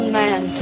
man